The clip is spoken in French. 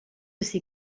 ces